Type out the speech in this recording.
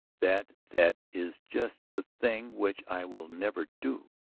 that that is just the thing which i will never do.